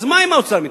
אז מה אם האוצר מתנגד.